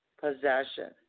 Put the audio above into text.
Possession